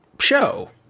show